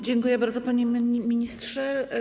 Dziękuję bardzo, panie ministrze.